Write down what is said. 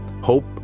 Hope